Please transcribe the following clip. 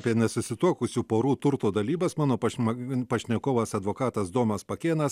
apie nesusituokusių porų turto dalybas mano pašmagin pašnekovas advokatas domas pakėnas